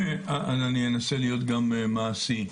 אז אני אנסה להיות גם מעשי.